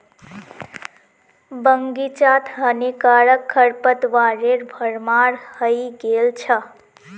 बग़ीचात हानिकारक खरपतवारेर भरमार हइ गेल छ